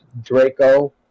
Draco